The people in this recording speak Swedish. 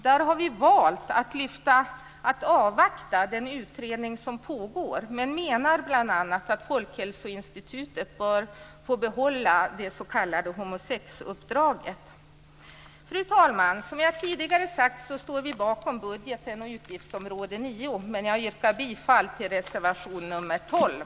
Vi har valt att avvakta den utredning som pågår, men vi menar bl.a. att Folkhälsoinstitutet bör få behålla det s.k. homosexuppdraget. Fru talman! Som jag tidigare har sagt så står vi bakom budgeten och utgiftsområde 9, men jag yrkar bifall till reservation nr 12.